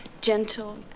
gentle